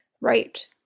Right